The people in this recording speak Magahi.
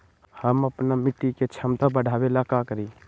हम अपना मिट्टी के झमता बढ़ाबे ला का करी?